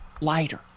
lighter